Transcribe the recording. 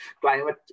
climate